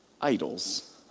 idols